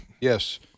yes